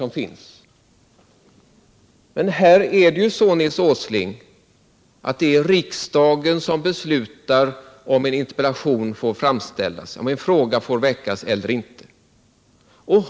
Men, Nils Åsling, arbetsformerna innebär ju att det är riksdagen som beslutar om en interpellation får framställas.